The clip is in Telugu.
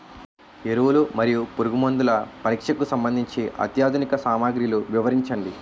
ఎరువులు మరియు పురుగుమందుల పరీక్షకు సంబంధించి అత్యాధునిక సామగ్రిలు వివరించండి?